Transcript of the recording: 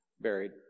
buried